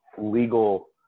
legal